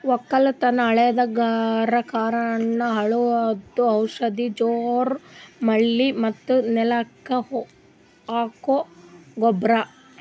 ವಕ್ಕಲತನ್ ಹಾಳಗಕ್ ಕಾರಣ್ ಹುಳದು ಔಷಧ ಜೋರ್ ಮಳಿ ಮತ್ತ್ ನೆಲಕ್ ಹಾಕೊ ಗೊಬ್ರ